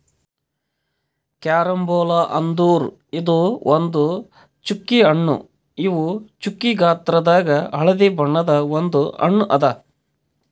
carambola ಅಂದುರ್ ಇದು ಒಂದ್ ಚ್ಚುಕಿ ಹಣ್ಣು ಇವು ಚ್ಚುಕಿ ಗಾತ್ರದಾಗ್ ಹಳದಿ ಬಣ್ಣದ ಒಂದ್ ಹಣ್ಣು ಅದಾ